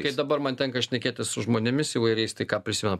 kai dabar man tenka šnekėtis su žmonėmis įvairiais tai ką prisimenu